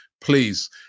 Please